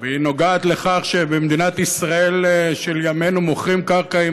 והיא נוגעת לכך שבמדינת ישראל של ימינו מוכרים קרקע עם